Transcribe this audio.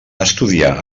estudià